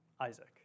Isaac